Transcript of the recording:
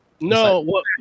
No